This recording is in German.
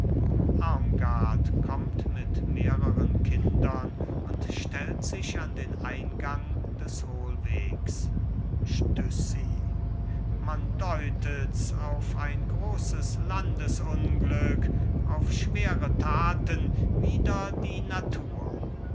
kommt mit mehreren kindern und stellt sich an den eingang des hohlwegs stüssi man deutet's auf ein großes landesunglück auf schwere taten wider die natur